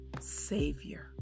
Savior